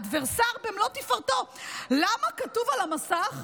אדברסר במלוא תפארתו: למה כתוב על המסך,